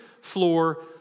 floor